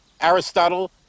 Aristotle